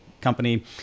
company